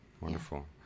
Wonderful